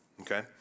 Okay